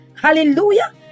Hallelujah